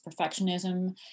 perfectionism